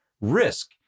risk